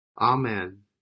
Amen